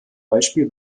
beispiel